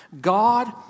God